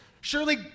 Surely